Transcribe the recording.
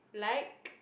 like